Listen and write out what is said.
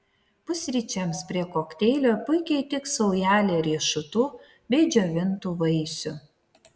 pusryčiams prie kokteilio puikiai tiks saujelė riešutų bei džiovintų vaisių